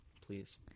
please